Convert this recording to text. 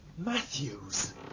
Matthews